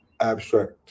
abstract